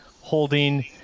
Holding